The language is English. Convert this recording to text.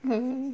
mm